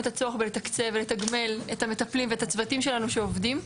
בצורך לתקצב ולתגמל את המטפלים ואת הצוותים שלנו שעובדים,